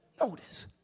notice